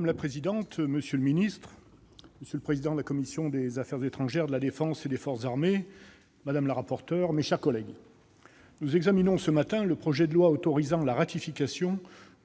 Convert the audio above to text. Madame la présidente, monsieur le secrétaire d'État, monsieur le président de la commission des affaires étrangères, de la défense et des forces armées, madame le rapporteur, mes chers collègues, nous examinons ce matin le projet de loi autorisant la ratification